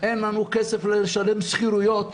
אין לנו כסף לשלם שכירויות,